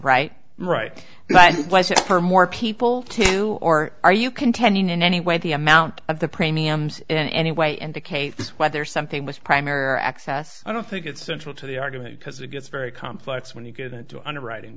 right right but for more people to you or are you contending in any way the amount of the premiums in any way indicate whether something was primary or access i don't think it's central to the argument because it gets very complex when you get into underwriting